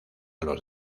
los